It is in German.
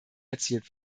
erzielt